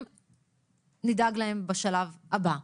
נדאג להם בשלב הבא,